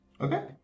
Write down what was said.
okay